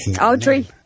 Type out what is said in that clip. Audrey